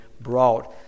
brought